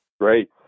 Great